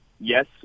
yes